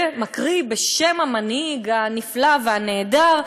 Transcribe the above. ומקריא בשם המנהיג הנפלא והנהדר,